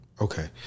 okay